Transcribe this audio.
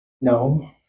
No